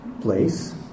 place